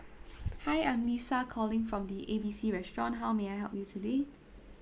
hi I'm lisa calling from the A B C restaurant how may I help you today